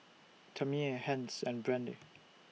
Tamie Hence and Brande